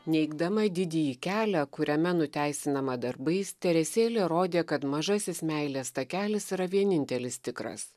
neigdama didįjį kelią kuriame nuteisinama darbais teresėlė rodė kad mažasis meilės takelis yra vienintelis tikras